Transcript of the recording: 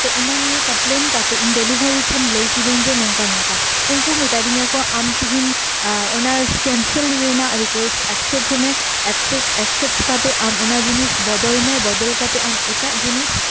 ᱛᱳ ᱚᱱᱟ ᱱᱤᱭᱟᱹ ᱠᱚᱢᱯᱞᱮᱱ ᱠᱟᱛᱮ ᱤᱧ ᱰᱮᱞᱤᱵᱷᱟᱨᱤ ᱴᱷᱮᱱ ᱞᱟᱹᱭ ᱠᱤᱫᱟᱹᱧ ᱡᱮ ᱱᱚᱝᱠᱟ ᱱᱚᱝᱠᱟ ᱩᱱᱠᱩ ᱢᱮᱛᱟ ᱫᱤᱧᱟᱹ ᱠᱚ ᱟᱢ ᱛᱤᱦᱤᱧ ᱚᱱᱟ ᱠᱮᱱᱥᱮᱞ ᱨᱮᱱᱟᱜ ᱨᱤᱠᱩᱭᱮᱥᱴ ᱮᱠᱥᱮᱯᱴ ᱢᱮ ᱥᱮ ᱮᱠᱥᱮᱯᱴ ᱠᱟᱛᱮ ᱟᱢ ᱚᱱᱟ ᱡᱤᱱᱤᱥ ᱵᱚᱫᱚᱞ ᱢᱮ ᱵᱚᱫᱚᱞ ᱠᱟᱛᱮ ᱟᱢ ᱮᱴᱟᱜ ᱡᱤᱱᱤᱥ